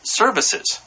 services